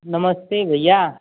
नमस्ते भैया